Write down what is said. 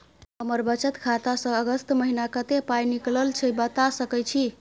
हमर बचत खाता स अगस्त महीना कत्ते पाई निकलल छै बता सके छि?